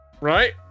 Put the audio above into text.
right